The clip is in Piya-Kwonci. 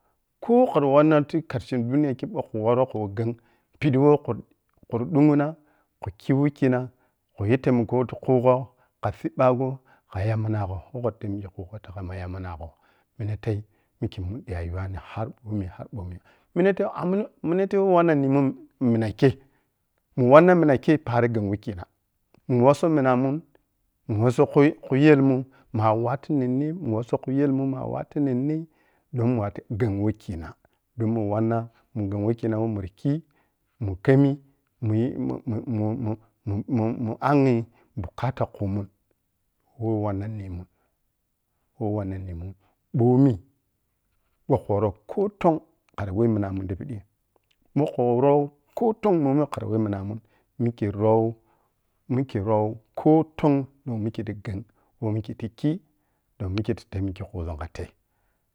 Koh khuru wanna ti karshe duniya khe bokhu woroh khu ghan piɓɓi weh kuru-kum dhun ghina khu khi we khina khuyi taimako ti khungo ka ciɓɓagho ka yamminagho woh kha temiki khugo kah yamin gho minaten mikhe mun rayuwano har ɓomi hanbomi, minetei agunminatei woh wannen nimun minakhe ni wanna minakhe paro ghan wel khina ni wosoh minamun ni wohso ku-kuyelmu lagha watu niner ni wosoh kuyelmu naagha watu minne domin mu watu ghan weh khina elon mun muh anghi bukata khamuh woh muh-muh muh anghi bukata khumun woh wannan nimun, woh wannan nimun ɓomi woh khu woroh koton khar weh minamun ti piɓi bokhu rho koton momi khara weh minamun mikhe rho mikhe rho koton we mikhe ti ghan wemikhe ti ghan mikhe ti khi we mikhe ta temeki kuzuh katei